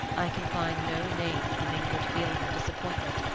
i can find no name for the mingled feeling of disappointment,